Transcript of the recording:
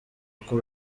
uko